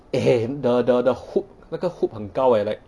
eh !hey! the the the hook 那个 hook 很高 eh like